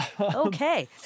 Okay